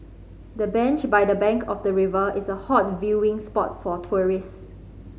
the bench by the bank of the river is a hot viewing spot for tourists